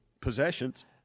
possessions